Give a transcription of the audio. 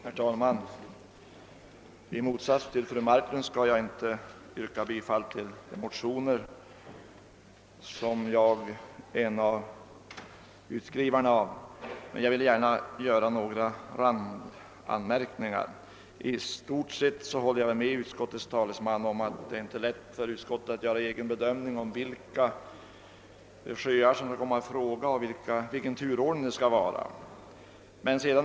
Herr talman! I motsats till fru Marklund skall jag inte yrka bifall till den motion som jag har skrivit under, men jag vill gärna göra några randanmärkningar. I stort sett håller jag med utskottets talesman om att det inte är lält för utskottet att göra en egen bedömning av vilka sjöar som kan komma i fråga och vilken turordning dem emellan det skall vara.